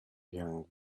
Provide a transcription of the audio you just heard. young